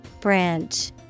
Branch